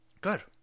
Good